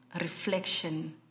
reflection